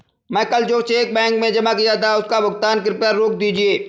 मैं कल जो चेक बैंक में जमा किया था उसका भुगतान कृपया रोक दीजिए